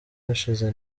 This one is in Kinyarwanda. hashize